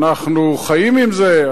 אנחנו חיים עם זה,